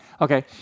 Okay